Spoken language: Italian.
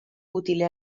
utile